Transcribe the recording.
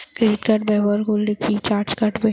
Credit card ব্যাবহার করলে কি চার্জ কাটবে?